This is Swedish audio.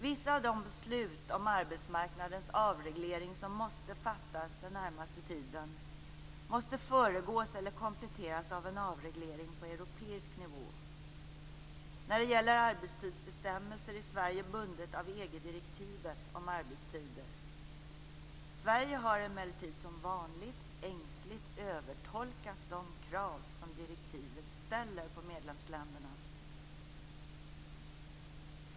Vissa av de beslut om arbetsmarknadens avregleringar som måste fattas den närmaste tiden måste föregås eller kompletteras av en avreglering på europeisk nivå. När det gäller arbetstidsbestämmelser är Sverige bundet av EG-direktivet om arbetstider. Sverige har emellertid som vanligt ängsligt övertolkat de krav som direktivet ställer på medlemsländerna.